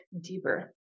deeper